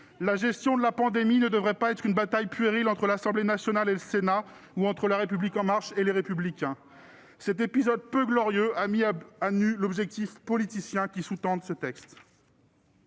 La gestion de la pandémie ne devrait pas se résumer à une bataille puérile entre l'Assemblée nationale et le Sénat, ou entre La République En Marche et Les Républicains. Cet épisode peu glorieux a mis à nu l'objectif politicien qui sous-tend ce texte.